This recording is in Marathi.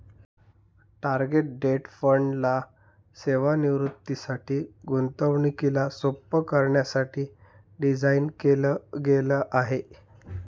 टार्गेट डेट फंड ला सेवानिवृत्तीसाठी, गुंतवणुकीला सोप्प करण्यासाठी डिझाईन केल गेल आहे